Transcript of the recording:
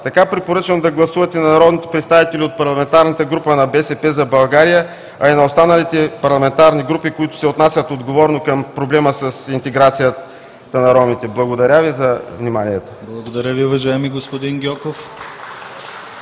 Така препоръчвам да гласуват на народните представители от парламентарната група на „БСП за България“, а и на останалите парламентарни групи, които се отнасят отговорно към проблема с интеграцията на ромите. Благодаря Ви за вниманието. ПРЕДСЕДАТЕЛ ДИМИТЪР